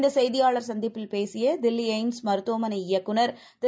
இந்தசெய்தியாளர்சந்திப்பில்பேசியதில்லிஎய்ம்ஸ்மருத்துவமனைஇயக்குநர்தி ரு